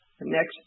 next